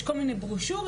יש כל מיני ברושורים,